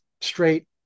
straight